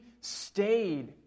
stayed